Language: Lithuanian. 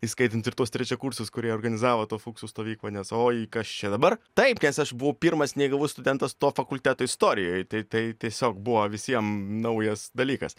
įskaitant ir tuos trečiakursius kurie organizavo to fuksų stovyklą nes oi kas čia dabar taip aš buvau pirmas neįgalus studentas to fakulteto istorijoj tai tai tiesiog buvo visiem naujas dalykas